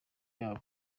yabo